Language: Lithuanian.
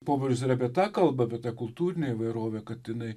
popiežius ir apie tą kalba apie tą kultūrinę įvairovę kad jinai